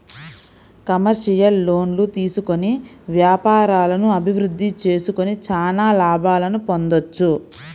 commercial లోన్లు తీసుకొని వ్యాపారాలను అభిరుద్ధి చేసుకొని చానా లాభాలను పొందొచ్చు